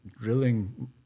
drilling